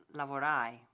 lavorai